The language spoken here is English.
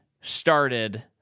started